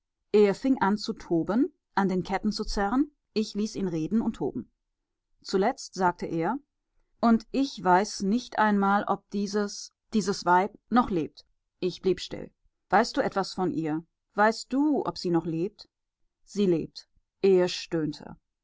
er fing an zu toben an den ketten zu zerren ich ließ ihn reden und toben zuletzt sagte er und ich weiß nicht einmal ob dieses dieses weib noch lebt ich blieb still weißt du etwas von ihr weißt du ob sie noch lebt sie lebt er stöhnte